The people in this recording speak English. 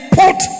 put